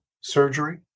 surgery